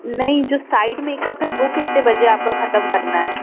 नहीं जो side makeup है वह कितने बजे आपका ख़त्म करना है